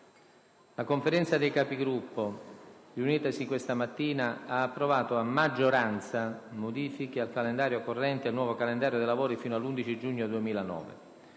la Conferenza dei Capigruppo, riunitasi questa mattina, ha approvato a maggioranza modifiche al calendario corrente e il nuovo calendario dei lavori fino all'11 giugno 2009.